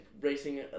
Racing